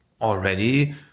already